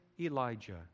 Elijah